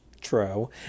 true